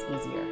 easier